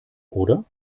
oder